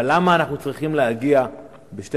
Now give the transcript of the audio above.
אבל למה אנחנו צריכים להגיע ב-24:00,